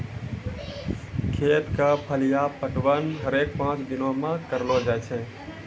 खेत क फलिया पटवन हरेक पांच दिनो म करलो जाय छै